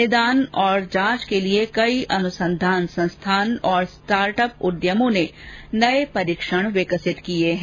निदान और जांच के लिए कई अनुसांधान संस्थान और स्टार्टअप उद्यमों ने नये परीक्षण विकसित किये हैं